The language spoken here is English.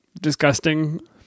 disgusting